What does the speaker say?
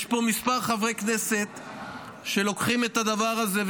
יש פה כמה חברי כנסת שלוקחים את הדבר הזה,